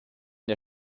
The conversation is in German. der